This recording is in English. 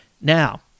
Now